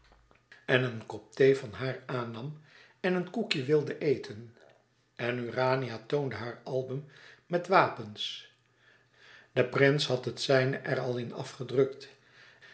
en een kop thee van haar aannam en een koekje wilde eten en urania toonde haar album met wapens de prins had het zijne er al in afgedrukt